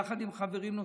יחד עם חברים נוספים,